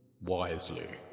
wisely